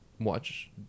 watch